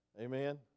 Amen